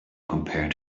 compare